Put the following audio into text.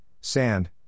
sand